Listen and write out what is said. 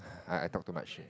I I talk too much